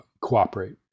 cooperate